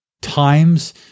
times